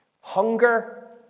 hunger